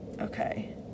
okay